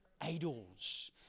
Idols